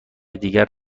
دیگر